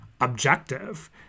objective